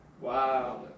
Wow